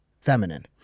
feminine